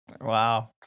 Wow